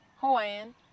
Hawaiian